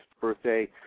birthday